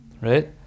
Right